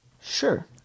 Sure